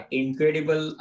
incredible